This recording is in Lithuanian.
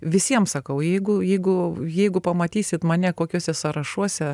visiems sakau jeigu jeigu jeigu pamatysit mane kokiuose sąrašuose